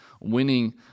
winning